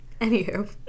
Anywho